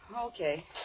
Okay